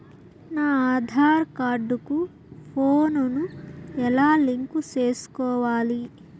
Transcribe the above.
నా ఆధార్ కార్డు కు ఫోను ను ఎలా లింకు సేసుకోవాలి?